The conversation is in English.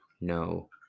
no